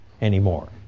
anymore